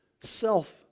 self